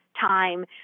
time